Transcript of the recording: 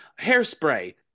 Hairspray